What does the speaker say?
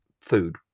food